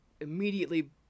immediately